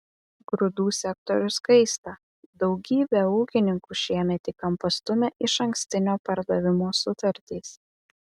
grūdų sektorius kaista daugybę ūkininkų šiemet į kampą stumia išankstinio pardavimo sutartys